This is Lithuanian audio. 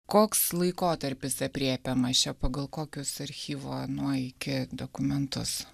koks laikotarpis aprėpiamas čia pagal kokius archyvo nuo iki dokumentus